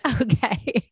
Okay